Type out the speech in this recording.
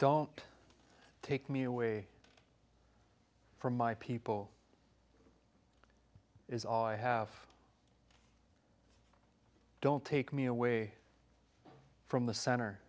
don't take me away from my people is all i have don't take me away from the cent